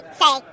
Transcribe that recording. say